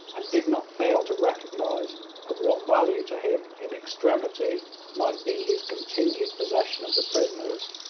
and did not fail to recognise of what value to him in extremity might be his continued possession of the prisoners.